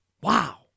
Wow